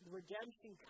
redemption